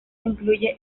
incluye